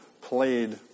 played